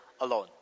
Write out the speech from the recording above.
alone